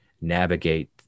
navigate